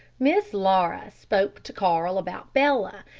miss laura spoke to carl about bella,